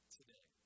today